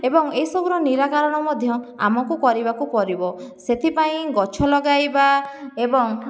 ଏବଂ ଏହି ସବୁର ନିରାକରଣ ମଧ୍ୟ ଆମକୁ କରିବାକୁ ପଡ଼ିବ ସେଥିପାଇଁ ଗଛ ଲଗାଇବା ଏବଂ